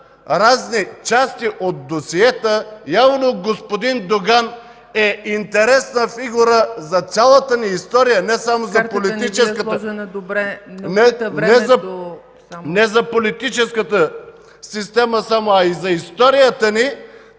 разни части от досиета, явно господин Доган е интересна фигура за цялата ни история, не само за политическата система, а и за историята ни,